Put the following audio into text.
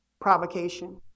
provocation